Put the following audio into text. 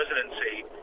presidency